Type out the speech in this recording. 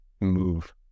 move